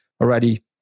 already